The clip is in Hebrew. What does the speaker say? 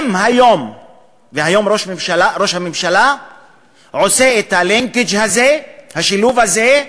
היום ראש הממשלה עושה את הלינקג' הזה, השילוב הזה,